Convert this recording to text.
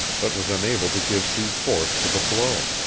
but was unable to give due force to the blow.